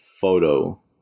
photo